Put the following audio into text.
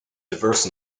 diverse